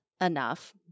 enough